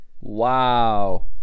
Wow